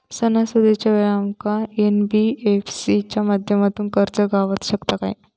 सणासुदीच्या वेळा आमका एन.बी.एफ.सी च्या माध्यमातून कर्ज गावात शकता काय?